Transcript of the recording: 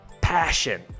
Passion